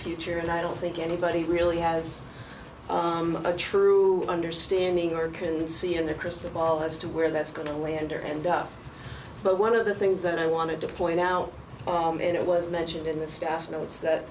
future and i don't think anybody really has a true understanding or can see in the crystal ball as to where that's going to land there and up but one of the things that i wanted to point out oh man it was mentioned in the staff notes that